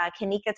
Kanika